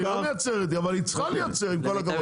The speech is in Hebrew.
היא לא מייצרת, אבל היא צריכה לייצר עם כל הכבוד.